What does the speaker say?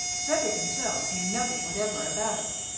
cedric himself knew nothing whatever about it.